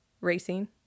racing